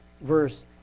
verse